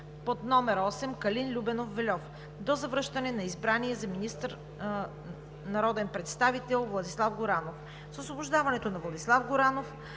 под № 8 Калин Любенов Вельов до завръщане на избрания за министър народен представител Владислав Горанов. С освобождаването на Владислав Горанов